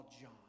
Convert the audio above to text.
John